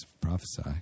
prophesy